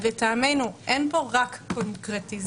שלטעמנו אין פה רק קונקרטיזציה,